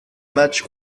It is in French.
match